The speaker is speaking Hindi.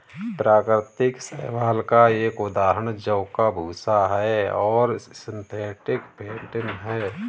प्राकृतिक शैवाल का एक उदाहरण जौ का भूसा है और सिंथेटिक फेंटिन है